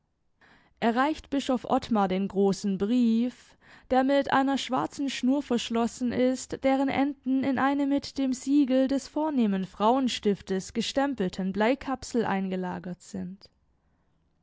reicht bischof ottmar den großen brief der mit einer schwarzen schnur verschlossen ist deren enden in eine mit dem siegel des vornehmen frauenstiftes gestempelten bleikapsel eingelagert sind